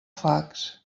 fax